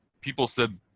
people said,